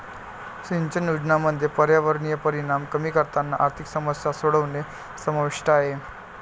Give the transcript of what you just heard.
सिंचन योजनांमध्ये पर्यावरणीय परिणाम कमी करताना आर्थिक समस्या सोडवणे समाविष्ट आहे